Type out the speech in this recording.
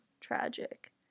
tragic